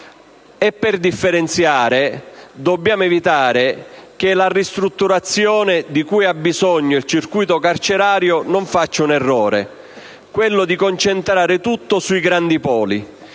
per differenziare dobbiamo evitare che la ristrutturazione di cui ha bisogno il circuito carcerario faccia l'errore di concentrare tutto sui grandi poli.